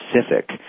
specific